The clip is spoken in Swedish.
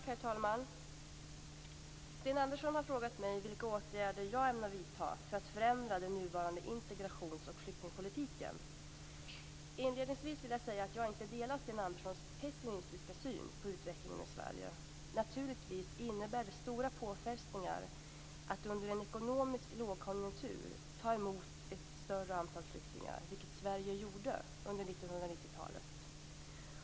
Herr talman! Sten Andersson har frågat mig vilka åtgärder jag ämnar vidta för att förändra den nuvarande integrations och flyktingpolitiken. Inledningsvis vill jag säga att jag inte delar Sten Anderssons pessimistiska syn på utvecklingen i Sverige. Naturligtvis innebär det stora påfrestningar att under en ekonomisk lågkonjunktur ta emot ett större antal flyktingar, vilket Sverige gjort under 1990-talet.